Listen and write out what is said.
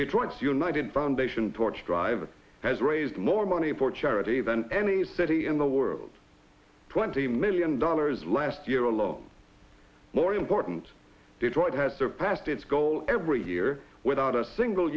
detroit's united foundation torch drive has raised more money for charity than any city in the world twenty million dollars last year a lot more important detroit has surpassed its goal every year without a single